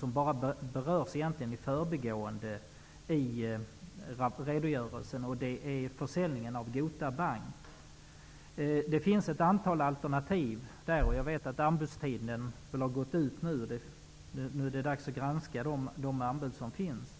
Den berörs bara i förbigående i redogörelsen. Det gäller försäljningen av Gota Bank. Det finns ett antal alternativ. Jag vet att anbudstiden har gått ut, och nu är det dags att granska de anbud som finns.